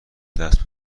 دست